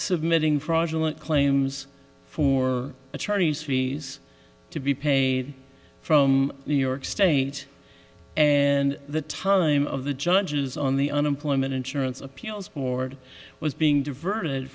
submitting fraudulent claims for the chinese fees to be paid from new york state and the time of the judges on the unemployment insurance appeals board was being diverted